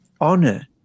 honor